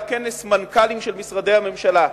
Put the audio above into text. היה כנס מנכ"לים של משרדי הממשלה,